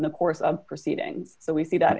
in the course of proceedings that we see that